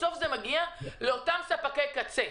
בסוף זה מגיע לאותם ספקי קצה.